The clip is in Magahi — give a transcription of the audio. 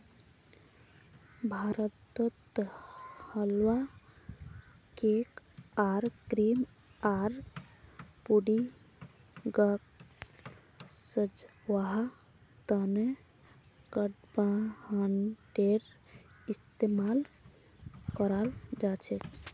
भारतत हलवा, केक आर क्रीम आर पुडिंगक सजव्वार त न कडपहनटेर इस्तमाल कराल जा छेक